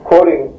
Quoting